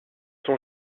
son